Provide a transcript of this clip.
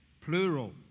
plural